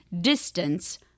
distance